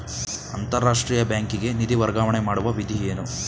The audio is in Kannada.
ಅಂತಾರಾಷ್ಟ್ರೀಯ ಬ್ಯಾಂಕಿಗೆ ನಿಧಿ ವರ್ಗಾವಣೆ ಮಾಡುವ ವಿಧಿ ಏನು?